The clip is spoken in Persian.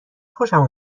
خوشم